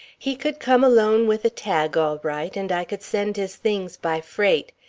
he could come alone with a tag all right and i could send his things by freight.